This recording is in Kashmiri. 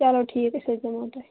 چلو ٹھیٖک أسۍ حظ دِمو تۄہہِ